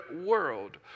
world